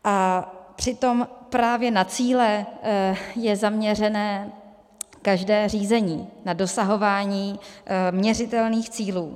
A přitom právě na cíle je zaměřené každé řízení, na dosahování měřitelných cílů.